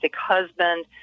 husband